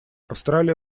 австралия